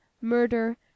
murder